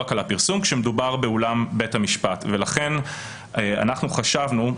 באולם בית המשפט כזה קורה.